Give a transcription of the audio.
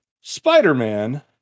Spider-Man